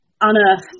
unearthed